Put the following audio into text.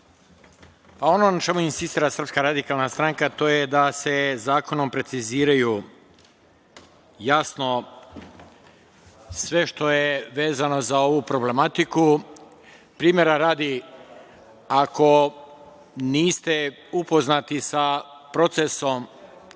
Ono na čemu insistira SRS, to je da se Zakonom preciziraju jasno sve što je vezano za ovu problematiku. Primera radi, ako niste upoznati sa procesom